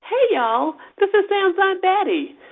hey, y'all. this is sam's aunt betty.